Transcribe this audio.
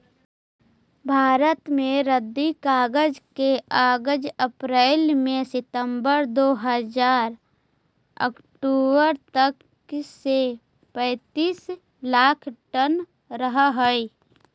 भारत में रद्दी कागज के आगाज अप्रेल से सितम्बर दो हज़ार अट्ठरह तक में पैंतीस लाख टन रहऽ हई